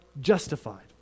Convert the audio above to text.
justified